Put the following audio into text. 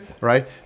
Right